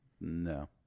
No